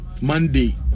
Monday